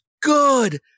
good